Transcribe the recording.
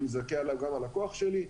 מזדכה עליו גם הלקוח שלי.